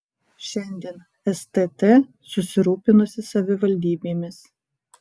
šiandien stt susirūpinusi savivaldybėmis